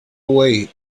away